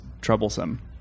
troublesome